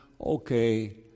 Okay